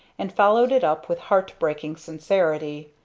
and followed it up with heart-breaking sincerity.